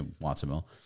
Watsonville